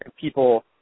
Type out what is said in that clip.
people